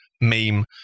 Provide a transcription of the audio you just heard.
meme